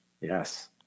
Yes